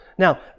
Now